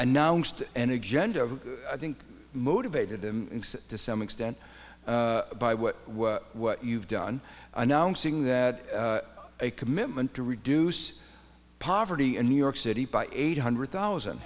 wednesday announced an agenda i think motivated him to some extent by what what you've done announcing that a commitment to reduce poverty in new york city by eight hundred thousand